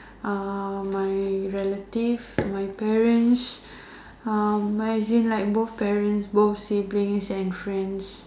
uh my relative my parents uh but as in like both parents both siblings and friends